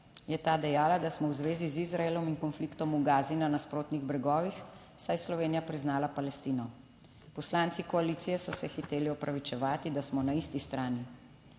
je ta dejala, da smo v zvezi z Izraelom in konfliktom v Gazi na nasprotnih bregovih, saj je Slovenija priznala Palestino. Poslanci koalicije so se hiteli opravičevati, da smo na isti strani.